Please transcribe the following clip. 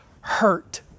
hurt